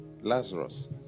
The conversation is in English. lazarus